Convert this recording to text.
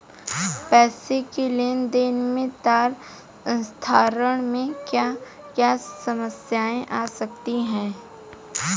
पैसों के लेन देन में तार स्थानांतरण में क्या क्या समस्याएं आ सकती हैं?